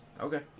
Okay